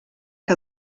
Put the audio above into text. que